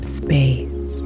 space